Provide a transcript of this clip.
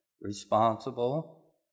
responsible